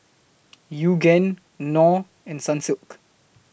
Yoogane Knorr and Sunsilk